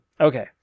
Okay